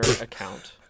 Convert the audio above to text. account